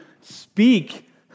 speak